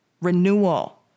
renewal